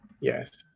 yes